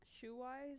shoe-wise